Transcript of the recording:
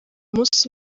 munsi